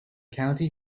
county